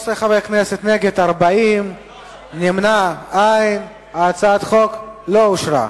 13 חברי כנסת, נגד, 40. הצעת החוק לא אושרה.